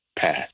path